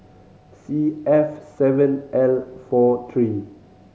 C F seven L four three